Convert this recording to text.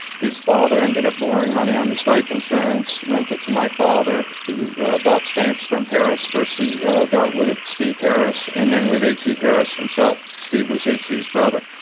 his father ended up borrowing money on his life insurance, lent it to my father, who brought stamps from harris. first he dealt with steve harris and then with h e. harris himself. steve was h e s brother.